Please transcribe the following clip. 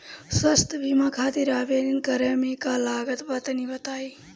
स्वास्थ्य बीमा खातिर आवेदन करे मे का का लागत बा तनि बताई?